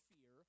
fear